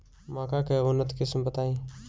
मक्का के उन्नत किस्म बताई?